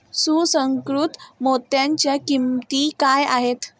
सुसंस्कृत मोत्यांच्या किंमती काय आहेत